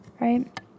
right